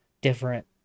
different